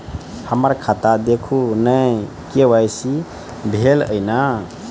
हम्मर खाता देखू नै के.वाई.सी भेल अई नै?